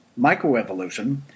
microevolution